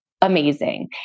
amazing